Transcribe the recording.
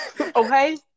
okay